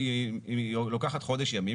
היא לוקחת חודש ימים,